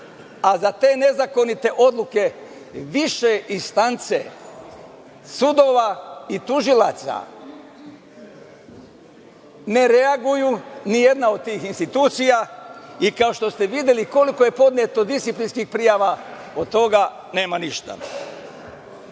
a za te nezakonite odluke više istance sudova i tužilaca ne reaguju ni jedna od tih institucija. Kao što ste videli, koliko je podneto disciplinskih prijava, od toga nema ništa. Dame